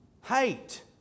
Hate